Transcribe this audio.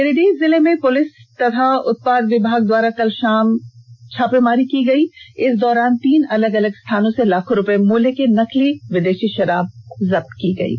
गिरिडीह जिले में पुलिस और उत्पाद विभाग द्वारा कल शाम छापामारी की गई इस दौरान तीन अलग अलग स्थानों से लाखों रूपये मूल्य के नकली विदेषी शराब जप्त की गई है